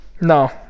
No